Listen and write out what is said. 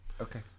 Okay